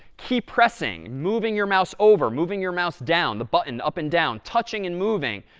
key pressing, moving your mouse over, moving your mouse down, the button up and down, touching and moving,